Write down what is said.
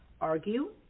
argue